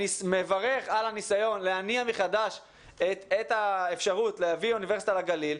אני מברך על הניסיון להניע מחדש את האפשרות להביא אוניברסיטה לגליל,